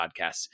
podcasts